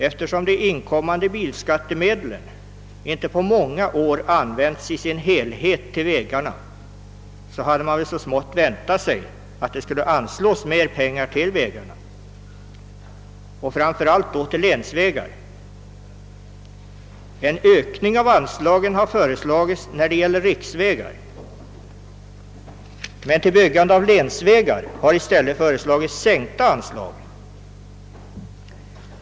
Eftersom de inkommande bilskattemedlen inte på många år har använts i sin helhet till vägarna, hade man så smått väntat sig att mer pengar skulle anslås till vägarna, framför allt till länsvägarna. En ökning av anslaget till riksvägar har föreslagits, men till byggande av länsvägar föreslås i stället sänkta anslag.